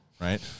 right